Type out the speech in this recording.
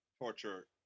torture